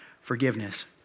forgiveness